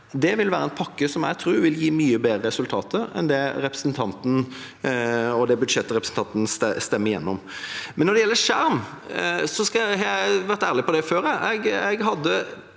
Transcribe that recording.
Det vil være en pakke som jeg tror vil gi mye bedre resultater enn det budsjettet representanten stemmer igjennom. Når det gjelder skjerm, har jeg vært ærlig på det før.